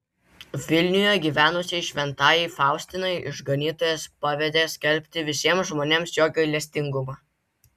vilniuje gyvenusiai šventajai faustinai išganytojas pavedė skelbti visiems žmonėms jo gailestingumą